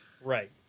Right